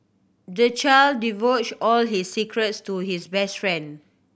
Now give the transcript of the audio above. the child divulged all his secrets to his best friend